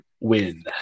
win